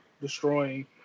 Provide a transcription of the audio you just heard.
destroying